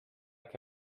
que